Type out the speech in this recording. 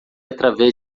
através